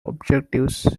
objectives